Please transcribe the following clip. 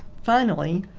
finally,